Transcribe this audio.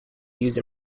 used